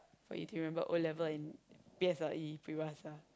for you to remember O-level and P_S_L_E peribahasa